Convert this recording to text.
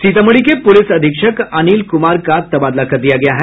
सीतामढ़ी के पुलिस अधीक्षक अनिल कुमार का तबादला कर दिया गया है